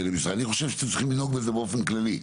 אני חושב שאתם צריכים לנהוג בזה באופן כללי.